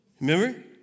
Remember